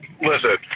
Listen